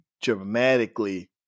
dramatically